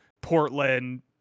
Portland